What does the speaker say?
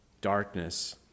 Darkness